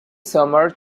summer